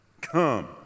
come